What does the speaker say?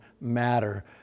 matter